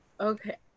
okay